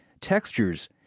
textures